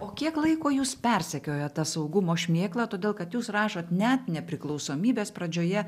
o kiek laiko jus persekiojo saugumo šmėkla todėl kad jūs rašot net nepriklausomybės pradžioje